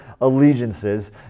allegiances